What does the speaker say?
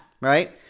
right